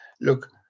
look